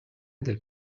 del